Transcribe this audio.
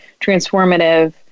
transformative